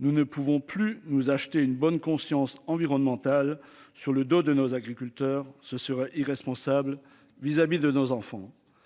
Nous ne pouvons plus nous acheter une bonne conscience environnementale sur le dos de nos agriculteurs. Ce serait irresponsable vis-à-vis de nos enfants.